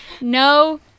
No